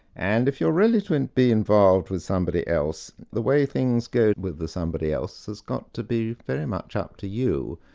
and if you're ready to and be involved with somebody else, the way things go with the somebody else has got to be very much up to you.